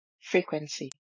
frequency